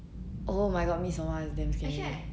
oh my god mid solar is damm scary